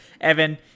Evan